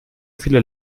viele